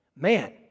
Man